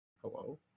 Hello